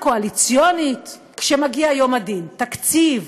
קואליציונית כשמגיע יום הדין: תקציב,